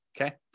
okay